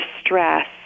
stress